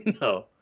No